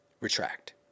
retract